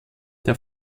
der